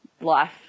life